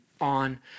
on